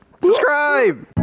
subscribe